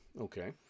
Okay